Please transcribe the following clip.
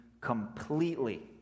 completely